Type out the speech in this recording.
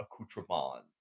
accoutrement